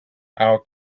our